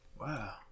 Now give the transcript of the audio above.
Wow